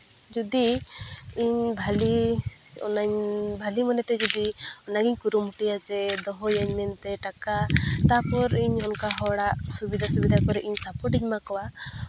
ᱡᱩᱫᱤ ᱤᱧ ᱵᱷᱟᱞᱮ ᱚᱱᱟᱧ ᱵᱷᱟᱞᱮ ᱢᱚᱱᱮᱛᱮ ᱡᱩᱫᱤ ᱚᱱᱟᱜᱮᱧ ᱠᱩᱨᱩᱢᱩᱴᱩᱭᱟ ᱡᱮ ᱫᱚᱦᱚᱭᱟᱹᱧ ᱢᱮᱱᱛᱮ ᱴᱟᱠᱟ ᱛᱟᱨᱯᱚᱨ ᱤᱧ ᱚᱱᱠᱟ ᱦᱚᱲᱟᱜ ᱥᱩᱵᱤᱫᱟ ᱥᱩᱵᱤᱫᱟ ᱠᱚᱨᱮᱜ ᱤᱧ ᱥᱟᱯᱳᱨᱴ ᱤᱧ ᱮᱢᱟ ᱠᱚᱣᱟ